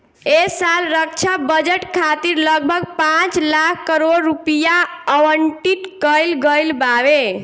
ऐ साल रक्षा बजट खातिर लगभग पाँच लाख करोड़ रुपिया आवंटित कईल गईल बावे